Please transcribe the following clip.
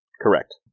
Correct